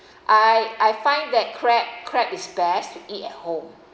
I I find that crab crab is best to eat at home